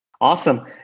Awesome